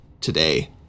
today